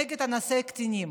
נגד אנסי קטינים.